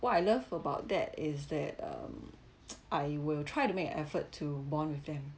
what I love about that is that um I will try to make an effort to bond with them